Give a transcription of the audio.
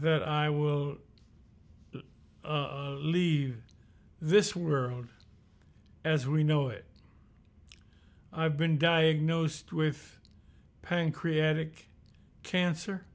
that i will leave this world as we know it i've been diagnosed with pancreatic cancer